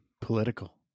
political